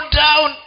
down